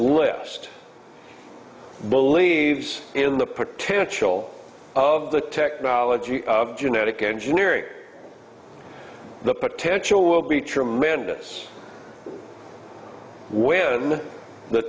list believes in the potential of the technology of genetic engineering the potential will be tremendous when the